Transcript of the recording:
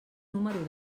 número